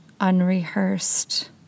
unrehearsed